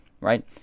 right